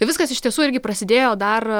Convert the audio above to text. viskas iš tiesų irgi prasidėjo dar